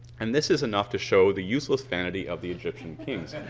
and this is enough to show the useless vanity of the egyptian kings.